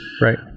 right